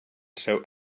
seu